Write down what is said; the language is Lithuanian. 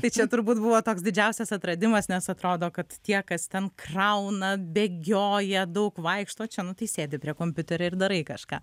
tai čia turbūt buvo toks didžiausias atradimas nes atrodo kad tie kas ten krauna bėgioja daug vaikšto o čia nu tai sėdi prie kompiuterio ir darai kažką